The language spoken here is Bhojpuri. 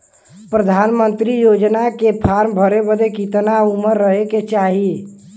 प्रधानमंत्री योजना के फॉर्म भरे बदे कितना उमर रहे के चाही?